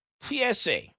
TSA